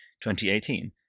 2018